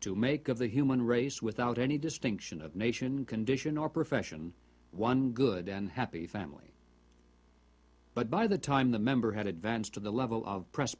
to make of the human race without any distinction of nation condition or profession one good and happy family but by the time the member had advanced to the level of